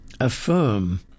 affirm